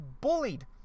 bullied